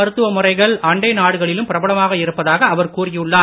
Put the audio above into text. மருத்துவ முறைகள் அண்டை நாடுகளிலும் பிரபலமாக இந்த இருப்பதாக அவர் கூறியுள்ளார்